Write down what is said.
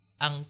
Ang